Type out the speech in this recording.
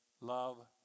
Love